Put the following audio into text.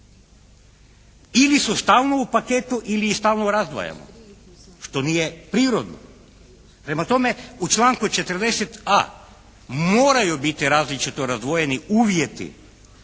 Ili su stalno u paketu ili ih stalno razdvajamo, što nije prirodno. Prema tome, u članku 40.a moraju biti različito razdvojeni uvjeti,